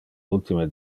ultime